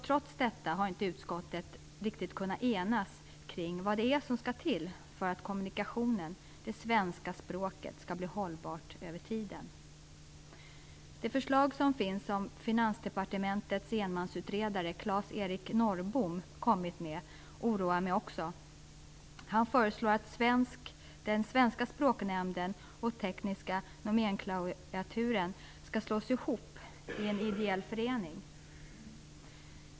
Trots detta har utskottet inte riktigt kunnat enas om vad som skall till för att kommunikationen genom det svenska språket skall bli hållbar över tiden. Också det förslag som Finansdepartementets enmansutredare Claes-Eric Norrbom kommit med oroar mig. Han föreslår att Svenska språknämnden och Tekniska nomenklaturcentralen skall slås ihop till en ideell förening.